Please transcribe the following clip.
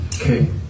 Okay